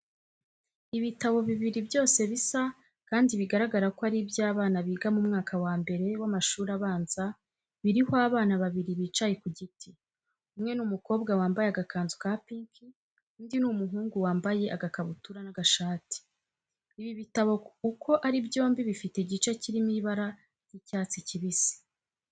Ibitabo bibiri byose bisa kandi bigaragara ko ari iby'abana biga mu mwaka wa mbere w'amashuri abanza biriho abana babiri bicaye ku giti, umwe ni umukobwa wambaye agakanzu ka pinki, undi ni umuhungu wambaye agakabutura n'agashati. Ibi bitabo uko ari byombi bifite igice kirimo ibara ry'icyatsi kibisi.